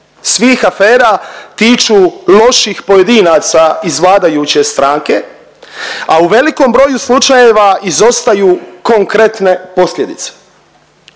svih afera tiču loših pojedinaca iz vladajuće stranke, a u velikom broju slučajeva izostaju konkretne posljedice.